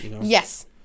Yes